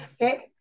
okay